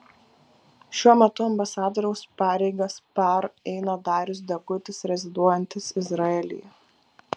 šiuo metu ambasadoriaus pareigas par eina darius degutis reziduojantis izraelyje